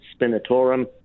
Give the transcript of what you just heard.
spinatorum